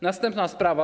Następna sprawa.